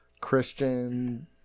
Christian